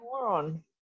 moron